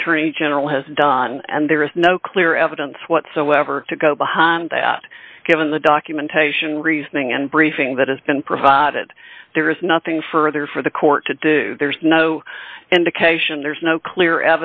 in general has done and there is no clear evidence whatsoever to go behind that given the documentation reasoning and briefing that has been provided there is nothing further for the court to do there's no indication there's no clear